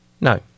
no